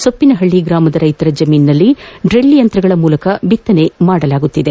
ಸೊಪ್ಟಿನಹಳ್ಳಿ ಗ್ರಾಮದ ರೈತರ ಜಮೀನಿನಲ್ಲಿ ಡ್ರಿಲ್ ಯಂತ್ರಗಳ ಮೂಲಕ ಬಿತ್ತನೆ ಮಾಡಲಾಗುತ್ತಿದೆ